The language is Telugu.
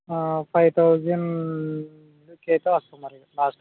ఫైవ్ థౌజండ్ అయితే వస్తా మరి లాస్ట్